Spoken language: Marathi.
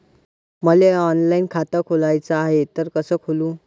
मले ऑनलाईन खातं खोलाचं हाय तर कस खोलू?